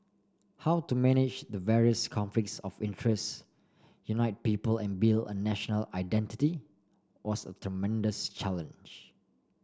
how to manage the various conflicts of interest unite people and build a national identity was a tremendous challenge